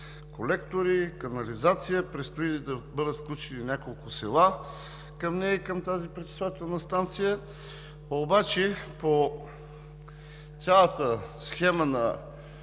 колектори, канализация. Предстои да бъдат включени няколко села към нея и към тази пречиствателна станция обаче по цялата схема на